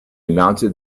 mounted